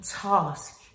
task